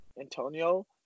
Antonio